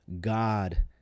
God